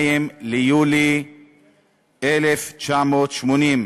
ביולי 1980,